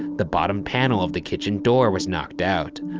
the bottom panel of the kitchen door was knocked out.